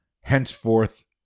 henceforth